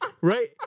right